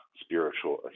spiritual